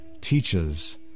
teaches